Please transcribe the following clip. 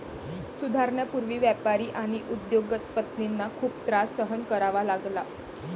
सुधारणांपूर्वी व्यापारी आणि उद्योग पतींना खूप त्रास सहन करावा लागला